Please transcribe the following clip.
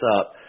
up